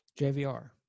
JVR